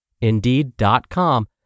Indeed.com